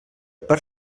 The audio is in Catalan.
per